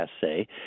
say